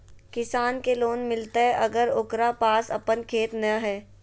किसान के लोन मिलताय अगर ओकरा पास अपन खेत नय है?